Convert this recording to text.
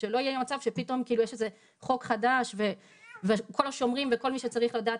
שלא יהיה מצב שפתאום יש חוק חדש וכל מה שאומרים וכל מי שצריך לדעת